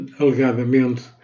alegadamente